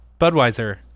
Budweiser